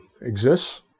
exists